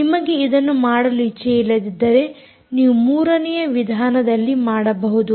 ನಿಮಗೆ ಇದನ್ನು ಮಾಡಲು ಇಚ್ಚೆಯಿಲ್ಲದಿದ್ದರೆ ನೀವು ಮೂರನೆಯ ವಿಧಾನದಲ್ಲಿ ಮಾಡಬಹುದು